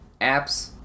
apps